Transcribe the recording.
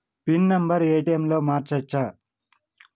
Pin number ATM లో మార్చచ్చా?